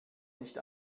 nicht